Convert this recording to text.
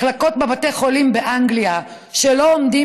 מחלקות בבתי חולים באנגליה שלא עומדות